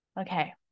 okay